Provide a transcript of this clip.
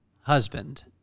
husband